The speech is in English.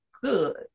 good